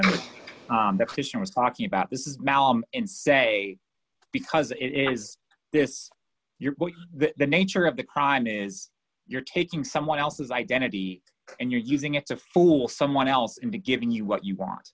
prohibitum the christian was talking about this is in say because it is this your that the nature of the crime is you're taking someone else's identity and you're using it to fool someone else into giving you what you want